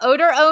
Odor